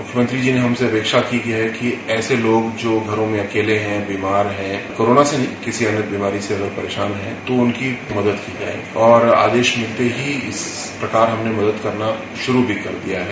मुख्यमंत्री जी ने हमसे अपेक्षा की है कि ऐसे लोग जो घरों में अकेले है बीमार है कोरोना से या किसी अन्य बीमारी से अगर परेशान है तो उनकी मदद की जाये और आदेश मिलते है इस प्रकार हमने मदद करना शुरू भी कर दिया है